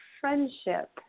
friendship